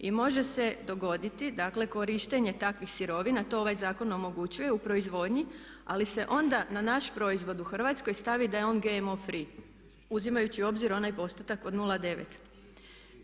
I može se dogoditi, dakle korištenje takvih sirovina to ovaj zakon omogućuje u proizvodnji, ali se onda na naš proizvod u Hrvatskoj stavi da je on GMO free uzimajući u obzir onaj postotak od 0,9.